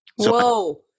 Whoa